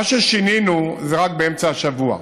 מה ששינינו זה רק באמצע השבוע.